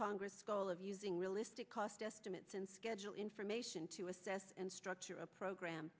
congress goal of using realistic cost estimates and schedule information to assess and structure a program